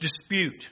dispute